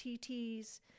TT's